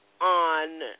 on